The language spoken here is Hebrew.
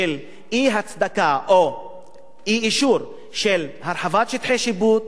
של אי-הצדקה או אי-אישור של הרחבת שטחי שיפוט,